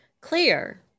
clear